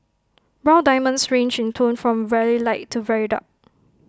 brown diamonds range in tone from very light to very dark